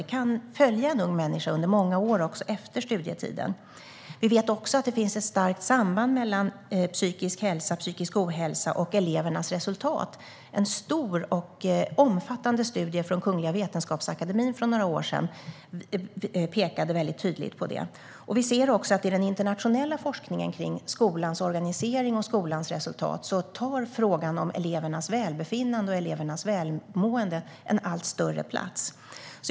Den kan följa en ung människa under många år, även efter studietiden. Vi vet också att det finns ett starkt samband mellan å ena sidan psykisk hälsa och psykisk ohälsa och å andra sidan elevernas resultat. En stor och omfattande studie från Kungliga Vetenskapsakademien för några år sedan pekade mycket tydligt på det. Vi ser också att i den internationella forskningen om skolans organisering och skolans resultat tar frågan om elevernas välbefinnande och välmående en allt större plats.